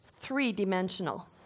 three-dimensional